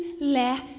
let